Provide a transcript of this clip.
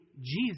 Jesus